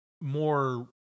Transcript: more